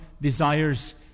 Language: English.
desires